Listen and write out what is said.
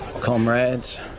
Comrades